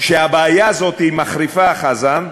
שהבעיה הזאת מחריפה, חזן,